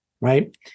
right